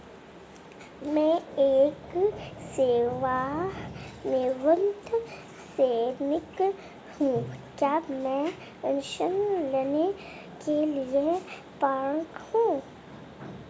मैं एक सेवानिवृत्त सैनिक हूँ क्या मैं ऋण लेने के लिए पात्र हूँ?